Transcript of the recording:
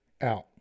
out